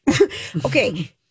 Okay